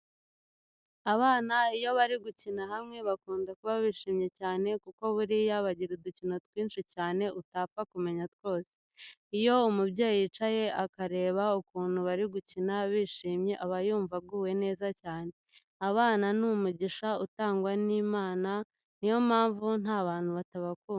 Abana iyo bari gukinira hamwe bakunda kuba bishimye cyane kuko buriya bagira n'udukino twinshi cyane utapfa kumenya twose. Iyo umubyeyi yicaye akabareba ukuntu bari gukina bishimye aba yumva aguwe neza cyane. Abana ni umugisha Imana itanga niyo mpamvu nta bantu batabakunda.